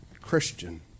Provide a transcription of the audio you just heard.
Christian